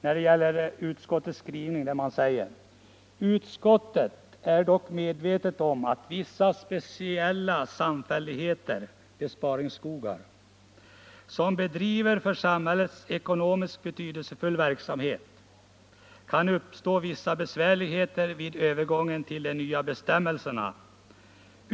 Utskottet skriver nämligen: ”Utskottet är dock medvetet om att för vissa speciella samfälligheter , som bedriver en för samhället ekonomiskt betydelsefull verksamhet, kan uppstå vissa besvärligheter vid övergången till de nya bestämmelserna.